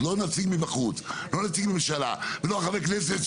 מאחר וזאב אלקין,